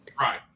Right